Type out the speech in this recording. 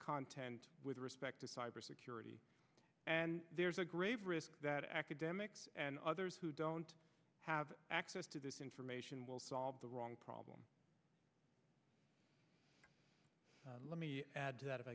content with respect to cybersecurity and there's a grave risk that academics and others who don't have access to this information will solve the wrong problem let me add to that if